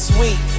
Sweet